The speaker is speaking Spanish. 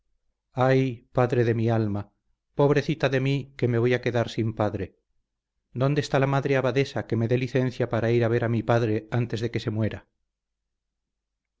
ay padre de mi alma pobrecita de mí que me voy a quedar sin padre dónde está la madre abadesa que me dé licencia para ir a ver a mi padre antes de que se muera